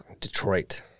Detroit